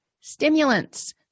stimulants